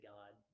God